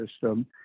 system